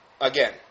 again